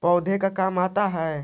पौधे का काम आता है?